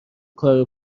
کار